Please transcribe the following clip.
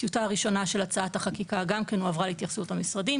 הטיוטה הראשונה של הצעת החקיקה גם כן הועברה להתייחסות המשרדים,